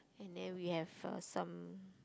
and then we have uh some